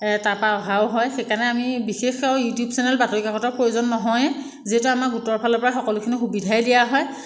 তাৰপৰা অহাও হয় সেইকাৰণে আমি বিশেষ আৰু ইউটিউব চেনেল বাতৰিকাকতৰ প্ৰয়োজন নহয়েই যিহেতু আমাৰ গোটৰফালৰপৰাই সকলোখিনি সুবিধাই দিয়াই হয়